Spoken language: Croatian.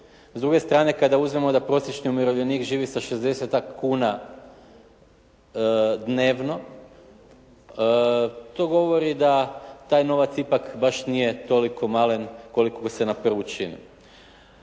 S druge strane kada uzmemo da prosječni umirovljenik živi sa 60-tak kuna dnevno to govori da taj novac ipak baš nije toliko malen koliko se na prvu čini.